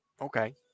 Okay